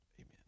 Amen